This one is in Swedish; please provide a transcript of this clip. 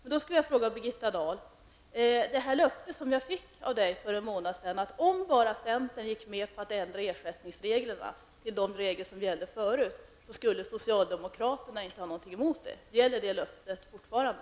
För en månad sedan fick jag löftet av Birgitta Dahl att om bara centern går med på att ändra ersättningsreglerna så att de tidigare reglerna blir gällande skulle socialdemokraterna inte ha något emot det. Gäller det löftet fortfarande?